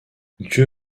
dieu